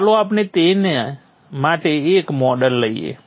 ચાલો આપણે તેના માટે એક મોડેલ લઈએ